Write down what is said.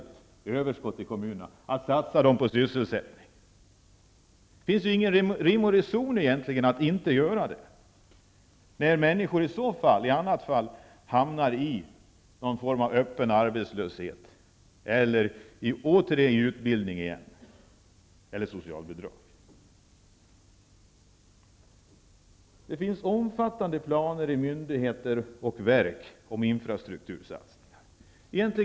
Ni säger ju att det finns ett finansiellt överskott i kommunerna. Det finns ingen rim och reson i att inte göra det. I annat fall hamnar människor i någon form av öppen arbetslöshet, i utbildning igen eller blir beroende av socialbidrag. Det finns omfattande planer hos myndigheter och verk på infrastruktursatsningar.